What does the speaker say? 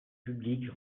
publiques